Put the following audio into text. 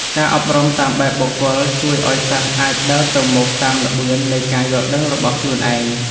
ការអប់រំតាមបែបបុគ្គលជួយឱ្យសិស្សអាចដើរទៅមុខតាមល្បឿននៃការយល់ដឹងរបស់ខ្លួនឯង។